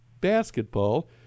basketball